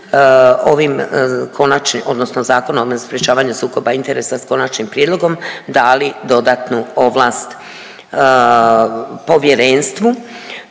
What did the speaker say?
ovim konačni…, odnosno Zakonom o sprječavanju sukoba interesa s konačnim prijedlogom dali dodatnu ovlast Povjerenstvu